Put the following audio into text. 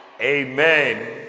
Amen